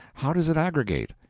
how does it aggregate?